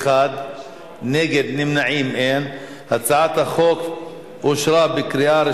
על זה כל עוד השר נאמן מנהל את ועדת השרים לענייני חקיקה.